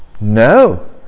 No